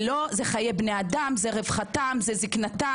מדובר על חיי בני אדם, על רווחתם, על זקנתם.